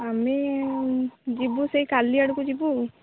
ଆମେ ଯିବୁ ସେଇ କାଲି ଆଡ଼କୁ ଯିବୁ ଆଉ